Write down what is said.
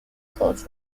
close